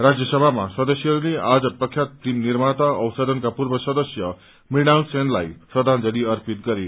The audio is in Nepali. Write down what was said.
राज्यसभामा सदस्यहस्ते आज प्रख्यात फिल्म निर्माता औ सदनका पूर्व सदस्य मृणाल सेनलाई श्रद्धांजलि अर्पित गरे